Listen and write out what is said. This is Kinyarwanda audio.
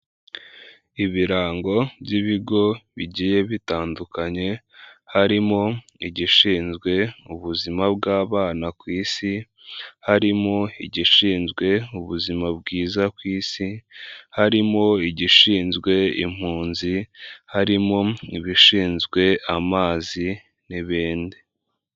Ibirango by'ibigo bigiye bitandukanye, harimo igishinzwe ubuzima bw'abana ku Isi, harimo igishinzwe ubuzima bwiza ku Isi, harimo igishinzwe impunzi harimo ibishinzwe amazi n'ibindi.